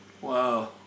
Wow